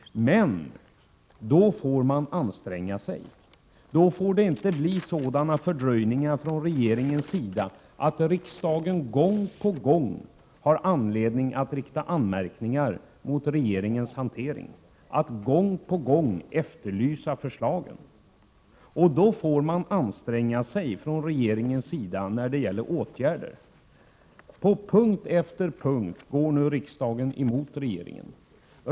Men då får man anstränga sig. Då får det inte bli sådana fördröjningar från regeringens sida att riksdagen gång på gång har anledning att rikta anmärkningar mot regeringens hantering, att gång på gång efterlysa förslag. Regeringen får lov att anstränga sig när det gäller åtgärder. På punkt efter punkt går nu riksdagen emot regeringen.